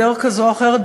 בדרך כזאת או אחרת,